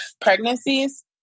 pregnancies